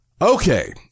okay